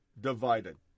divided